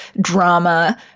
drama